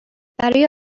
برای